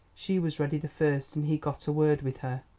she was ready the first, and he got a word with her.